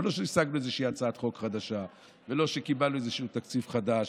ולא שהוא עסק באיזושהי הצעת חוק חדשה ולא שקיבלנו איזשהו תקציב חדש,